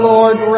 Lord